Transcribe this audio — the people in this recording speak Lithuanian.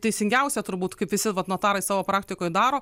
teisingiausia turbūt kaip visi vat notarai savo praktikoj daro